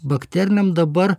bakterinėm dabar